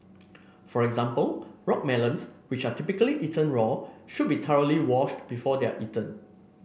for example rock melons which are typically eaten raw should be thoroughly washed before they are eaten